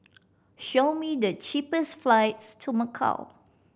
show me the cheapest flights to Macau